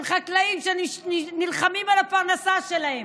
של חקלאים שנלחמים על הפרנסה שלהם